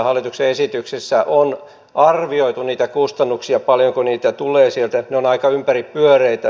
hallituksen esityksessä on arvioitu niitä kustannuksia paljonko niitä tulee sieltä ne ovat aika ympäripyöreitä